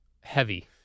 heavy